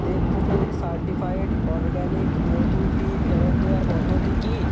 দেবভূমি certified organic মধুটি ফেরত দেওয়ার পদ্ধতি কী